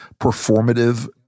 performative